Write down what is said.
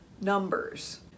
numbers